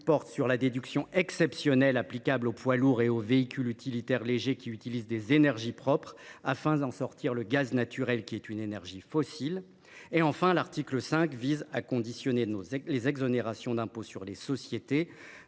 4 porte sur la déduction exceptionnelle applicable aux poids lourds et aux véhicules utilitaires légers utilisant des énergies propres ; il s’agit d’en sortir le gaz naturel, qui est une énergie fossile. Enfin, l’article 5 conditionne les exonérations d’impôt sur les sociétés